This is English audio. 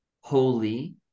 holy